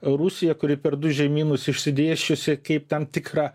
rusiją kuri per du žemynus išsidėsčiusi kaip tam tikrą